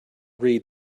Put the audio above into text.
read